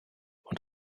und